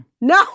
No